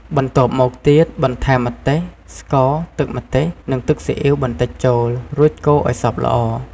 បន្ទាប់មកទៀតបន្ថែម ម្ទេស ស្ករ ទឹកម្ទេស និង ទឹកស៊ីអ៉ីវបន្តិចចូល រួចកូរឱ្យសព្វល្អ។